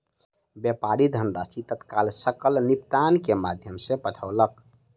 व्यापारी धनराशि तत्काल सकल निपटान के माध्यम सॅ पठौलक